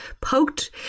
poked